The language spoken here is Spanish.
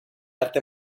arte